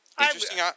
Interesting